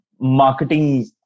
marketing